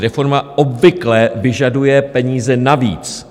Reforma obvykle vyžaduje peníze navíc.